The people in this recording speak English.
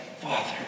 Father